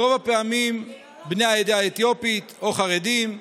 ברוב הפעמים בני העדה האתיופית או חרדים וחרדיות.